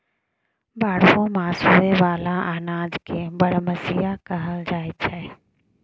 बारहो मास होए बला अनाज के बरमसिया कहल जाई छै